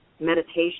meditation